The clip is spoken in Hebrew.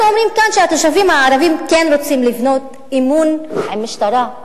אנחנו אומרים כאן שהתושבים הערבים כן רוצים לבנות אמון עם המשטרה,